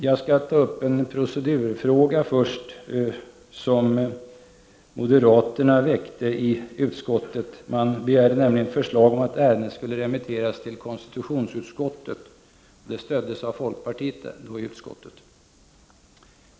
Jag skall först ta upp en procedurfråga, som moderaterna väckte i utskottet. Man begärde nämligen förslag om att ärendet skulle remitteras till konstitutionsutskottet. Det stöddes av folkpartiet i utskottet.